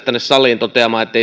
tänne saliin toteamaan että